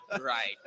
Right